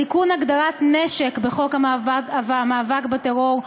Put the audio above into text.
תיקון הגדרת "נשק" בחוק המאבק בטרור,